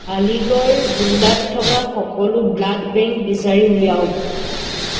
আলিগড় জিলাত থকা সকলো ব্লাড বেংক বিচাৰি উলিয়াওক